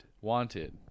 Wanted